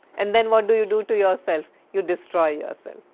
and then what do you do to yourself? you destroy yourself.